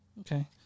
Okay